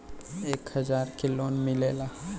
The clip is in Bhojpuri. एक हजार के लोन मिलेला?